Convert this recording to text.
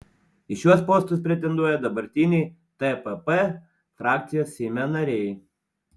į šiuos postus pretenduoja dabartiniai tpp frakcijos seime nariai